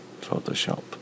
Photoshop